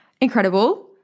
Incredible